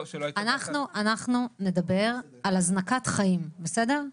אנחנו נדבר על הזנקת חיים, בסדר?